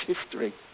history